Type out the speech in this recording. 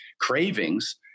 cravings